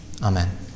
Amen